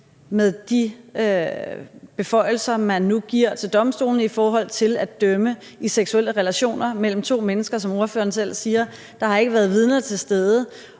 med de beføjelser, man nu giver til domstolene til at dømme i seksuelle relationer mellem to mennesker, hvor der, som ordføreren selv siger, ikke har været vidner til stede,